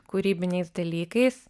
kūrybiniais dalykais